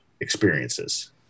experiences